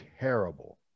terrible